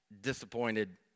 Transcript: disappointed